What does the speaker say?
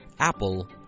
Apple